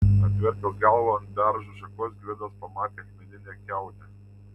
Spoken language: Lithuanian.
atvertęs galvą ant beržo šakos gvidas pamatė akmeninę kiaunę